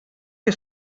que